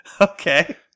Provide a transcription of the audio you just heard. okay